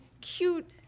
cute